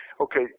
okay